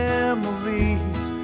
Memories